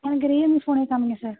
எனக்கு ரியல்மீ ஃபோனே காம்மியுங்க சார்